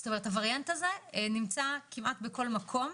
זאת אומרת הווריאנט הזה נמצא כמעט בכל מקום.